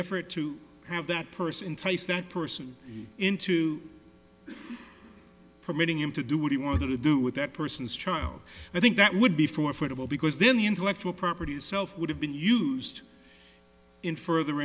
effort to have that person face that person into permitting him to do what he wanted to do with that person's child i think that would be forfeit of all because then the intellectual property itself would have been used in further